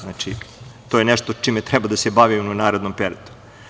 Znači, to je nešto čime treba da se bavimo u narednom periodu.